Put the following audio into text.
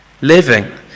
living